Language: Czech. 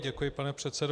Děkuji, pane předsedo.